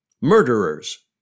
Murderers